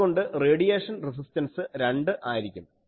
അതുകൊണ്ട് radiation resistance 2 ആയിരിക്കും